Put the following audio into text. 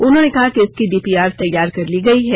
उन्होंने कहा कि इसकी डीपीआर तैयार कर ली गई है